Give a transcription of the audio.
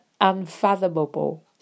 unfathomable